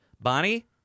Bonnie